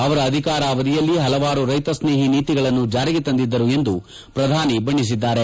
ಅವರ ಅಧಿಕಾರವಧಿಯಲ್ಲಿ ಹಲವಾರು ರೈತ ಸ್ನೇಹಿ ನೀತಿಗಳನ್ನು ಜಾರಿಗೆ ತಂದಿದ್ದರು ಎಂದು ಪ್ರಧಾನಿ ಬಣ್ಣಿಸಿದ್ದಾರೆ